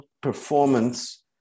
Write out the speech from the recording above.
performance